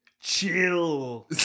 chill